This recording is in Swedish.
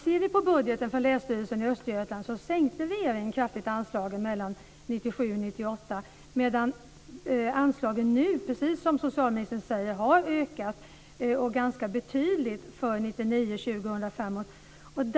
Ser vi på budgeten för Länsstyrelsen i Östergötland sänkte regeringen kraftigt anslagen 1997-1998, medan anslagen nu, precis som socialministern säger, har ökat ganska betydligt för 1999, 2000 och framåt.